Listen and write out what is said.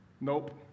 Nope